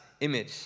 image